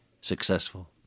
successful